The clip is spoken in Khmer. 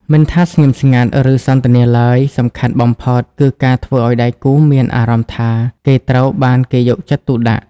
មិនថាស្ងៀមស្ងាត់ ឬសន្ទនាឡើយ សំខាន់បំផុតគឺការធ្វើឱ្យដៃគូមានអារម្មណ៍ថាគេត្រូវបានគេយកចិត្តទុកដាក់។